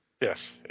Yes